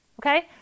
Okay